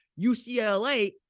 UCLA